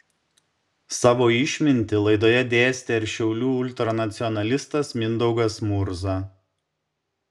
savo išmintį laidoje dėstė ir šiaulių ultranacionalistas mindaugas murza